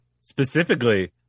specifically